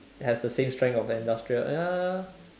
has the same strength of an industrial ya